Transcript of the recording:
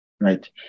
right